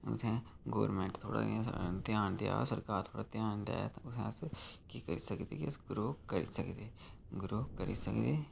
उत्थै गवर्नमेंट थोह्ड़ा इ'यां घ्यान देऐ सरकार थोह्ड़ा घ्यान देऐ ओह् सारा किश करी सकदी ऐ अस ग्रो करी सकदे हां ग्रो करी सकदे